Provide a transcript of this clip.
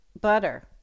butter